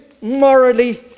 Morally